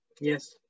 Yes